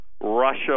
Russia